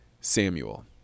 Samuel